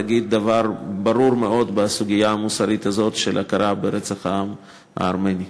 תגיד דבר מאוד ברור בסוגיה המוסרית הזאת של הכרה ברצח העם הארמני.